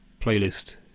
playlist